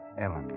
Ellen